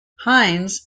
hinds